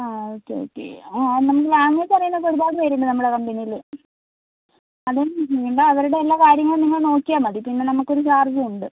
ആ ഓക്കെയോക്കെ ആ നമ്മള് ലാംഗ്വേജ് അറിയുന്ന ഒരുപാട് പേരുണ്ട് നമ്മുടെ കമ്പനിയില് അതും നിങ്ങള് അവരുടെയെല്ലാ കാര്യങ്ങളും നിങ്ങള് നോക്കിയാല് മതി പിന്നെ നമുക്കൊരു ചാർജുമുണ്ട്